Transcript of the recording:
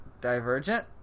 Divergent